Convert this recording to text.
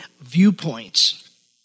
viewpoints